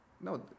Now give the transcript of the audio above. No